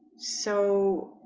so